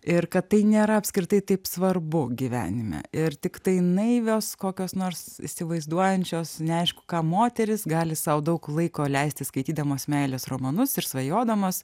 ir kad tai nėra apskritai taip svarbu gyvenime ir tiktai naivios kokios nors įsivaizduojančios neaišku ką moterys gali sau daug laiko leisti skaitydamos meilės romanus ir svajodamos